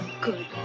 Good